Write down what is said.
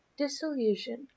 Disillusion